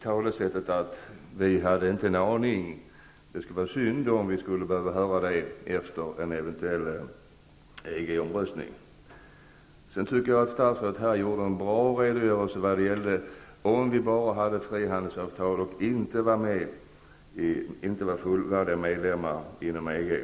Det skulle vara synd om vi efter en eventuell EG-omröstning skulle behöva säga: Det hade vi inte en aning om. Jag tycker att statsrådet gjorde en bra redogörelse av vad det skulle innebära om vi bara hade frihandelsavtalet och inte var fullvärdiga medlemmar av EG.